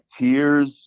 tears